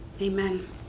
amen